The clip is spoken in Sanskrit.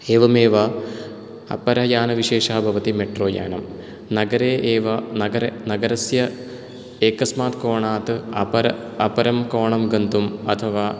एवमेव अपरयानविशेषः भवति मेट्रोयानम् नगरे एव नगर नगरस्य एकस्मात् कोणात् अपर अपरं कोणं गन्तुम् अथवा